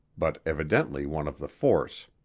but evidently one of the force.